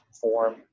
form